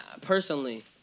personally